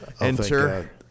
Enter